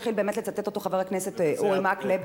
התחיל באמת לצטט אותו חבר הכנסת אורי מקלב.